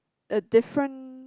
a different